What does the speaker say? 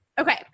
okay